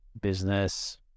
Business